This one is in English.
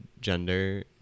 gender